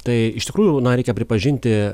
tai iš tikrųjų reikia pripažinti